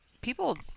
people